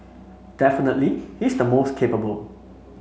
definitely he's the most capable